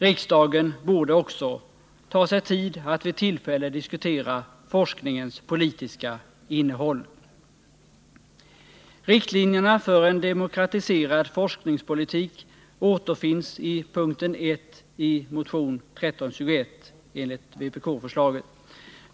Riksdagen borde också ta sig tid att vid tillfälle diskutera forskningens politiska innehåll. Riktlinjerna för en demokratiserad forskningspolitik återfinns i punkten 1 i motion 1321.